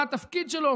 מה התפקיד שלו,